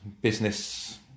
business